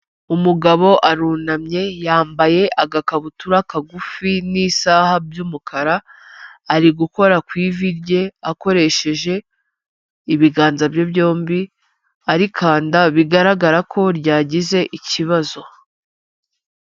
Umugabo arunamye yambaye agakabutura kagufi n'isaha by'umukara, ari gukora ku ivi rye akoresheje ibiganza bye byombi, arikanda bigaragara ko ryagize ikibazo.